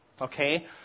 Okay